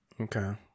Okay